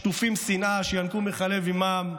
שטופים שנאה שינקו מחלב אימם,